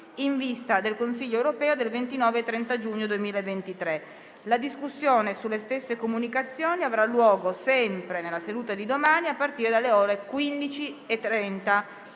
in vista del Consiglio europeo del 29 e 30 giugno 2023. La discussione sulle stesse comunicazioni avrà luogo, sempre nella seduta di domani, a partire dalle ore 15,30.